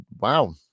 Wow